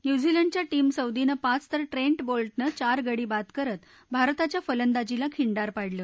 न्यूझीलंडच्या Tim Southee पाच तर ट्रेंट बोल्टनं चार गडीबाद करत भारताच्या फलंदाजीला खिंडार पाडलं